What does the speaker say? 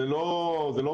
זה לא בשבילנו,